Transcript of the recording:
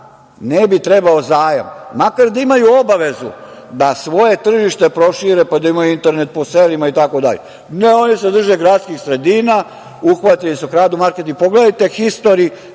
ne bi trebao zajam, makar da imaju obavezu da svoje tržište prošire, pa da imaju internet po selima itd. Ne, oni se drže gradskih sredina, uhvatili su, kradu marketing, pogledajte Histori,